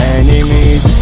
enemies